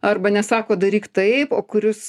arba nesako daryk taip o kuris